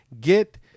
get